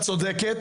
את צודקת,